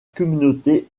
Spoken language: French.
communauté